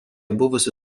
buvusi